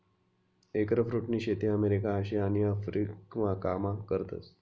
एगफ्रुटनी शेती अमेरिका, आशिया आणि आफरीकामा करतस